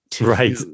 Right